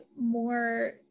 more